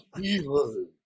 evil